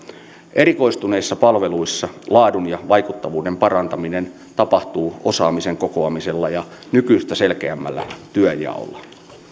erikoistuneissa palveluissa laadun ja vaikuttavuuden parantaminen tapahtuu osaamisen kokoamisella ja nykyistä selkeämmällä työnjaolla